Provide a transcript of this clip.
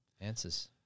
Answers